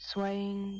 Swaying